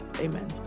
Amen